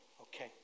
Okay